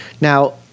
Now